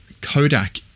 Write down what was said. Kodak